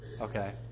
Okay